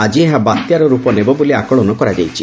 ଆଜି ଏହା ବାତ୍ୟାର ରୂପ ନେବ ବୋଲି ଆକଳନ କରାଯାଇଛି